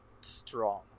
strong